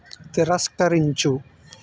తిరస్కరించు